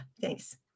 thanks